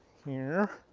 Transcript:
here.